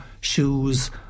shoes